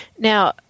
Now